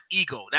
ego